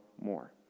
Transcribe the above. more